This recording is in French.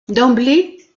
d’emblée